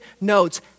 notes